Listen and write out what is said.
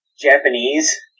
Japanese